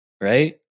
right